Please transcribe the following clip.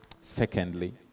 secondly